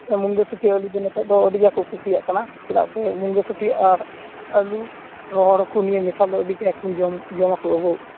ᱢᱩᱱᱜᱟᱹᱥᱩᱴᱤ ᱟᱹᱞᱩᱫᱚ ᱱᱤᱛᱚᱜ ᱫᱚ ᱟᱹᱰᱤᱜᱟᱱ ᱠᱚ ᱠᱩᱥᱤᱭᱟᱜ ᱠᱟᱱᱟ ᱪᱮᱫᱟᱜ ᱥᱮ ᱢᱩᱱᱜᱟᱹᱥᱩᱴᱤ ᱟᱨ ᱟᱹᱞᱩ ᱨᱚᱦᱚᱲ ᱦᱟᱹᱠᱩ ᱱᱤᱭᱮ ᱢᱮᱥᱟᱞ ᱫᱚ ᱟᱹᱰᱤᱜᱮ ᱟᱠᱷᱨᱤᱧ ᱡᱚᱢ ᱟᱠᱚ ᱡᱚᱢ ᱟᱠᱚ ᱟᱵᱚ